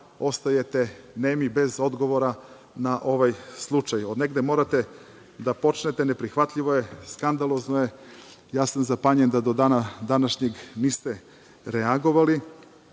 ostajete nemi bez odgovora na ovaj slučaj. Od negde morate da počnete. Neprihvatljivo je, skandalozno je, ja sam zapanjen da do dana današnjeg niste reagovali,